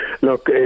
Look